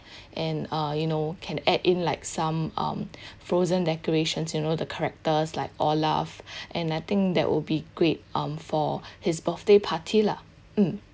and uh you know can add in like some um frozen decorations you know the characters like olaf and I think that will be great um for his birthday party lah mm